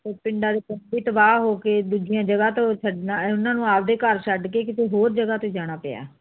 ਉਹ ਪਿੰਡਾਂ ਦੇ ਤਬਾਹ ਹੋ ਕੇ ਦੂਜੀਆਂ ਜਗ੍ਹਾ ਤੋਂ ਉਹਨਾਂ ਨੂੰ ਆਪਦੇ ਘਰ ਛੱਡ ਕੇ ਕਿਤੇ ਹੋਰ ਜਗ੍ਹਾ 'ਤੇ ਜਾਣਾ ਪਿਆ